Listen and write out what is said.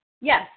Yes